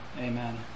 Amen